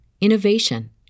innovation